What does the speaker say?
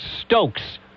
Stokes